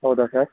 ಹೌದ ಸರ್